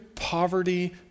Poverty